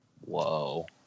Whoa